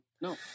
No